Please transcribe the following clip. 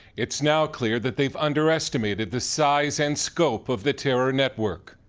it is now clear that they've underestimated the size and scope of the terror network.